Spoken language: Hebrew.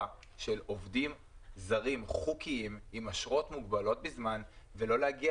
של עובדים זרים חוקיים עם אשרת מוגבלות בזמן ולא להגיע